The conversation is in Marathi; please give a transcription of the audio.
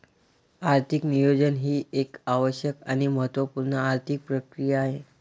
आर्थिक नियोजन ही एक आवश्यक आणि महत्त्व पूर्ण आर्थिक प्रक्रिया आहे